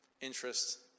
interest